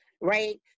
right